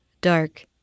dark